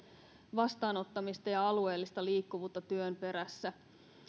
vastaanottamista ja alueellista liikkuvuutta työn perässä